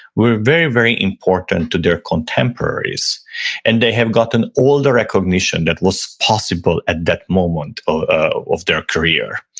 were very, very important to their contemporaries and they have gotten all the recognition that was possible at that moment ah of their career.